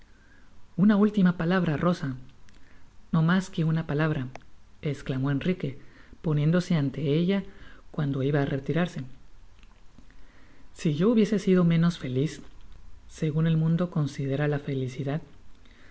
una última palabra rosa no mas que una palabra esclamó enrique poniéndose ante ella cuando iba á retirarse si yo hubiese sido menos feliz segun el mundo considera la felicidad